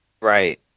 Right